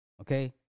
Okay